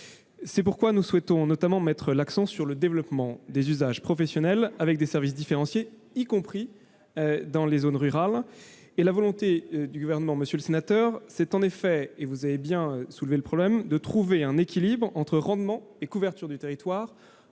C'est pourquoi nous souhaitons, notamment, mettre l'accent sur le développement des usages professionnels, par le biais de services différenciés, y compris dans les zones rurales. La volonté du Gouvernement est en effet- vous avez bien soulevé le problème sur ce point -de trouver un équilibre entre rendement et couverture du territoire.